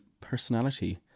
personality